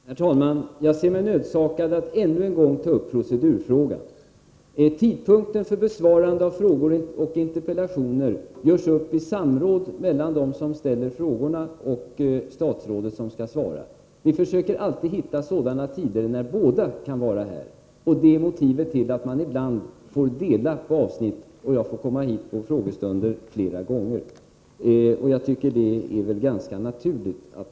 Herr talman! Jag ser mig nödsakad att ännu en gång ta upp procedurfrågan. Tidpunkten för besvarande av frågor och interpellationer görs upp i samråd mellan dem som ställer frågorna och statsrådet som skall svara. Vi försöker alltid hitta tider när båda kan vara här. Detta är motivet till att man ibland får dela upp debatterna i olika avsnitt och jag får komma hit på flera frågestunder med i stort sett samma frågor. Det är ganska naturligt.